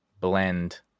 blend